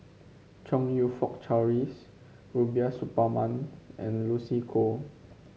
Chong You Fook Charles Rubiah Suparman and Lucy Koh